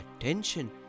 attention